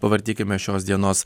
pavartykime šios dienos